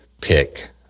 pick